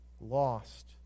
lost